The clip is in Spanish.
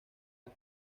las